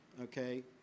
okay